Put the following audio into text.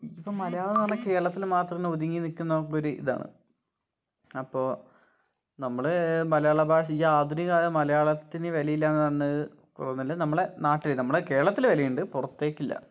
ഇതിപ്പം മലയാളം എന്ന് പറഞ്ഞാൽ കേരളത്തില് മാത്രം ഒതുങ്ങി നിൽക്കുന്ന ഒര് ഇതാണ് അപ്പോൾ നമ്മുടെ മലയാള ഭാഷ ഈ ആധുനികമായ മലയാളത്തിന് വില ഇല്ലാന്ന് പറഞ്ഞത് ഒന്നുമല്ലേ നമ്മളുടെ നാട്ടില് നമ്മുടെ കേരളത്തില് വിലയുണ്ട് പുറത്തേക്കില്ല